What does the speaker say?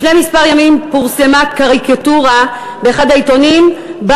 לפני כמה ימים פורסמה קריקטורה באחד העיתונים שבה